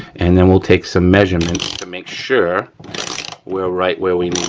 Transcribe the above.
and then we'll take some measurements to make sure we're right where we